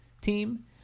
team